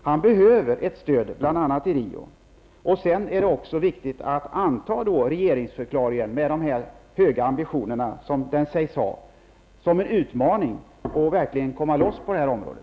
Han behöver ett stöd, bl.a. i Rio. Det är också viktigt att anta regeringsförklaringen, med de höga ambitioner den sägs ha, som en utmaning och verkligen komma loss på det här området.